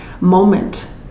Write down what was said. moment